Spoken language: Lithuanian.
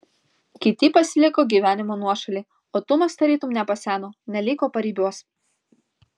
kiti pasiliko gyvenimo nuošaly o tumas tarytum nepaseno neliko paribiuos